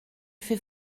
fait